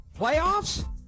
playoffs